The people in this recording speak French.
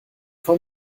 fin